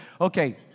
okay